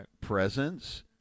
presence